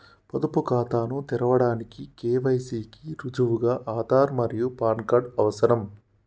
పొదుపు ఖాతాను తెరవడానికి కే.వై.సి కి రుజువుగా ఆధార్ మరియు పాన్ కార్డ్ అవసరం